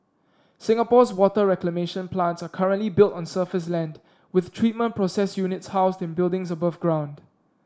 Singapore's water reclamation plants are currently built on surface land with treatment process units housed in buildings above ground